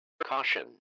Caution